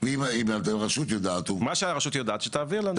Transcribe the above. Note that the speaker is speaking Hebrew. --- מה שהרשות יודעת, שתעביר לנו.